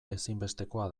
ezinbestekoa